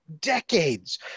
decades